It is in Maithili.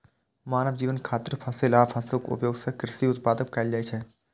मानव जीवन खातिर फसिल आ पशुक उपयोग सं कृषि उत्पादन कैल जाइ छै